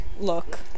Look